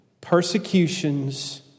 persecutions